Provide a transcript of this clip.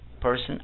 person